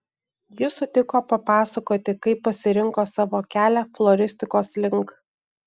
ji sutiko papasakoti kaip pasirinko savo kelią floristikos link